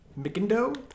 McIndo